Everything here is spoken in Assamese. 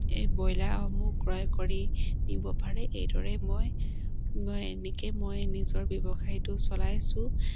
এই ব্ৰইলাসসমূহ ক্ৰয় কৰি নিব পাৰে এইদৰে মই মই এনেকৈ মই নিজৰ ব্যৱসায়টো চলাইছোঁ